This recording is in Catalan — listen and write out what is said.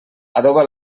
adoba